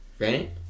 Right